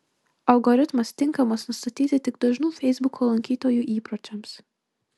algoritmas tinkamas nustatyti tik dažnų feisbuko lankytojų įpročiams